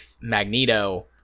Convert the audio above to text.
Magneto